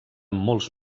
molts